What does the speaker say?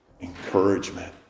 Encouragement